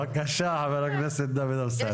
בבקשה חבר הכנסת דוד אמסלם.